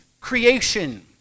creation